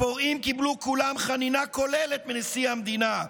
הפורעים קיבלו כולם חנינה כוללת מנשיא המדינה.